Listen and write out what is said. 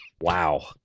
wow